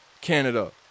Canada